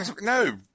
No